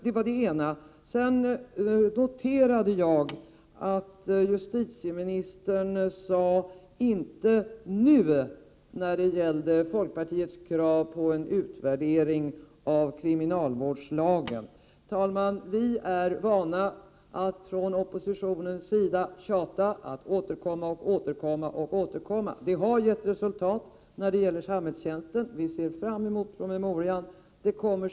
För det andra noterade jag att justitieministern sade ”inte nu” i fråga om folkpartiets krav på en utvärdering av kriminalvårdslagen. Vi i oppositionen är vana vid att få tjata och att återkomma ett antal gånger. Men det har gett resultat när det gäller samhällstjänsten. Vi ser fram emot promemorian.